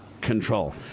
control